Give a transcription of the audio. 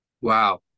Wow